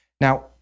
Now